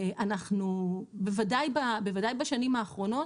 בוודאי בשנים האחרונות,